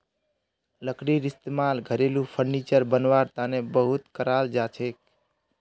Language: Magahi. लकड़ीर इस्तेमाल घरेलू फर्नीचर बनव्वार तने बहुत कराल जाछेक